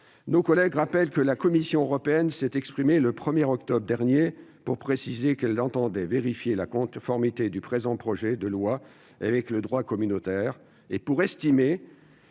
des collègues rappellent que la Commission européenne s'est exprimée, le 1 octobre dernier, pour préciser qu'elle entendait vérifier la conformité du présent projet de loi avec le droit communautaire, jugeant